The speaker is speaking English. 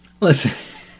Listen